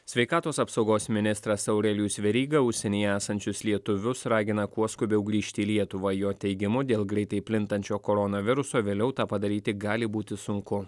sveikatos apsaugos ministras aurelijus veryga užsienyje esančius lietuvius ragina kuo skubiau grįžti į lietuvą jo teigimu dėl greitai plintančio koronaviruso vėliau tą padaryti gali būti sunku